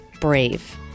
brave